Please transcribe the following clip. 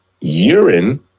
urine